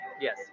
Yes